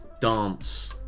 dance